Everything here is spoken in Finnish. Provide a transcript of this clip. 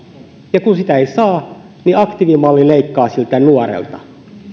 ja kun sitä ei saa niin aktiivimalli leikkaa siltä nuorelta